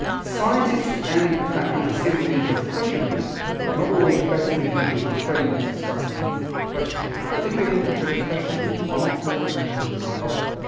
scientists and, for that matter, single interest pressure groups are not always the best individuals to frame or discuss these questions. single interest pressure groups are not representatives of the public.